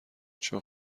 چون